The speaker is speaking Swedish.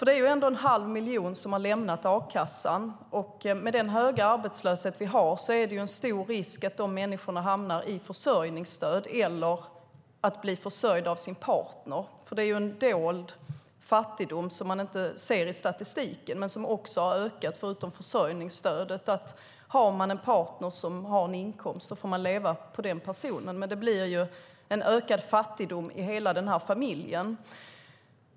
Det är trots allt en halv miljon som har lämnat a-kassan, och med den höga arbetslöshet vi har är risken stor att de människorna hamnar i försörjningsstöd eller blir försörjda av sin partner. Det är en dold fattigdom som har ökat, men den syns inte i statistiken. Har man en partner som har inkomst får man leva på honom eller henne. Det leder till ökad fattigdom för hela familjen.